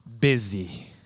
busy